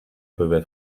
peuvent